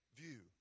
view